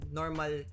normal